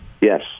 Yes